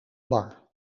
bar